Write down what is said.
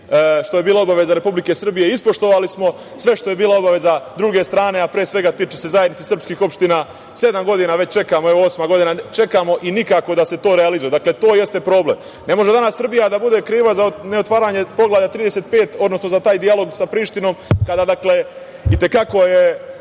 što je bila obaveza Republike Srbije ispoštovali smo, sve što je bila obaveza druge strane, a pre svega tiče se ZSO, sedam godina već čekamo. Evo osma godina da čekamo i nikako da se to realizuje. Dakle, to jeste problem. Ne može danas Srbija da bude kriva za ne otvaranje Poglavlja 35, odnosno za taj dijalog sa Prištinom kada je itekako